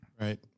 Right